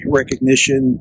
recognition